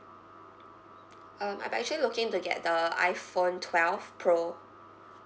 um I'm actually looking to get the iphone twelve pro